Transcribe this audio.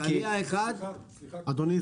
אדוני,